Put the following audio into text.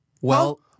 Well-